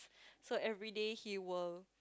so everyday he will